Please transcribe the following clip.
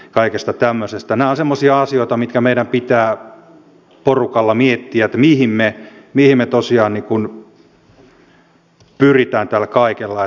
nämä ovat semmoisia asioita mitkä meidän pitää porukalla miettiä että mihin me tosiaan pyrimme tällä kaikella